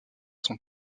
son